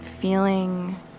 Feeling